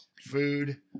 Food